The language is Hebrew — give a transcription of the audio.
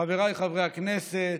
חבריי חברי הכנסת,